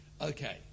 Okay